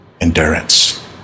endurance